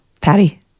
Patty